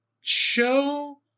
show